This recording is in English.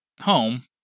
home